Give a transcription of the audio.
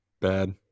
Bad